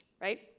right